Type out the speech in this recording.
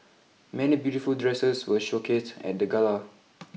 many beautiful dresses were showcased at the gala